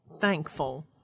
thankful